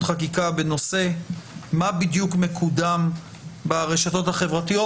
חקיקה בנושא מה בדיוק מקודם ברשתות החברתיות.